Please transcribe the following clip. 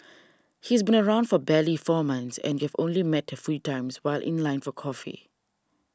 he's been around for barely four months and you've only met a few times while in line for coffee